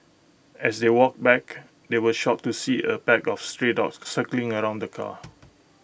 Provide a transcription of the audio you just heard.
as they walked back they were shocked to see A pack of stray dogs circling around the car